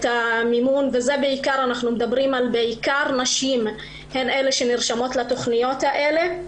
את המימון, ובעיקר נשים נרשמות לתוכניות האלה.